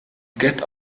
get